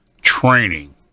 training